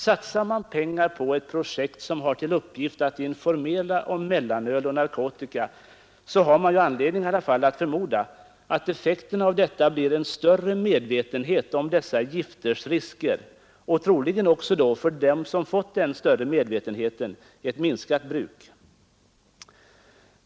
Satsar man fem miljoner på ett projekt som har till uppgift att informera om mellanöl och narkotika har man i alla fall anledning förmoda att effekterna av detta bör bli en större medvetenhet om dessa gifters risker. För dem som fått denna större medvetenhet borde man också kunna vänta ett minskat bruk.